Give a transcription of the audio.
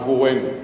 עבורנו.